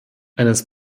eines